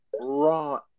raw